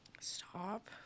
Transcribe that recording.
Stop